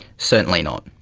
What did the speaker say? certainly not.